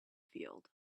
field